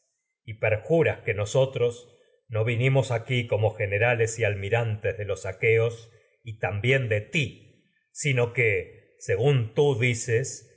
y que nosotros vinimos aquí y como generales sino que es almirantes de los aqueos también de ti segrin tú dices